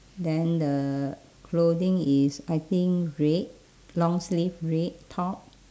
then the clothing is I think red long sleeve red top